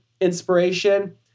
inspiration